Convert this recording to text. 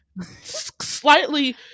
slightly